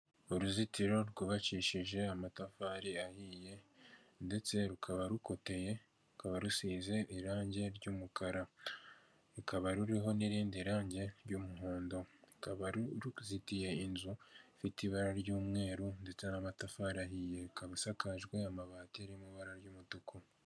Abakobwa batatu bicaye imbere y'ameza bambaye imyenda y'imihondo, inyuma y'aho kugikuta hamanitse tereviziyo irimo ibara ry'umuhondo. Inyuma y'aho Kandi hari umugabo wambaye umupira w'umuhondo n'ingofero y'umuhondo. Imbere yayo meza har'undi mukobwa muremure wambaye ipantaro ya kacyi ndetse n'ishati idafite amaboko, imisatsi miremire myiza y'umukara.